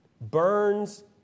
Burns